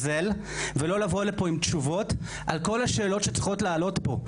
ולא לבוא לפה עם תשובות על כל השאלות שצריכות לעלות פה.